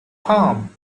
harm